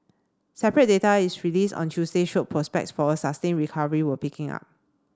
separate data released on Tuesday showed prospects for a sustained recovery were picking up